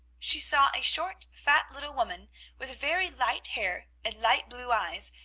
she saw a short, fat little woman with very light hair, and light blue eyes,